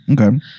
Okay